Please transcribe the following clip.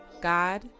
God